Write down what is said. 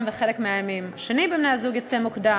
ובחלק מהימים השני מבני הזוג יצא מוקדם,